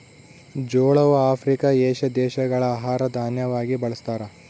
ಜೋಳವು Africa, Asia ದೇಶಗಳ ಆಹಾರ ದಾನ್ಯವಾಗಿ ಬಳಸ್ತಾರ